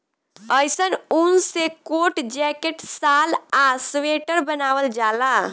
अइसन ऊन से कोट, जैकेट, शाल आ स्वेटर बनावल जाला